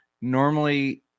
normally